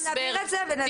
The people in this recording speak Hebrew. אנחנו נבהיר את זה ונדבר.